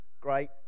great